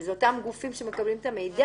אבל אלה אותם גופים שמקבלים את המידע.